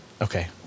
okay